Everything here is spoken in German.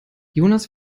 jonas